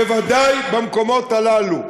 בוודאי במקומות הללו.